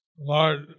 Lord